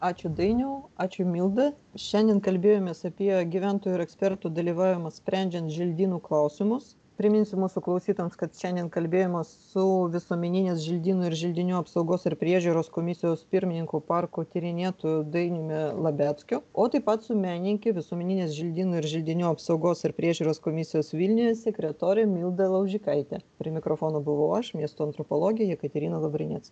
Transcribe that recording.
ačiū dainiau ačiū milda šiandien kalbėjomės apie gyventojų ir ekspertų dalyvavimą sprendžiant želdynų klausimus priminsiu mūsų klausytojams kad šiandien kalbėjomės su visuomeninės želdynų ir želdinių apsaugos ir priežiūros komisijos pirmininku parko tyrinėtoju dainiumi labeckiu o taip pat su menininke visuomeninės želdynų ir želdinių apsaugos ir priežiūros komisijos vilniuje sekretore milda laužikaite prie mikrofono buvau aš miesto antropologė jekaterina lavrinec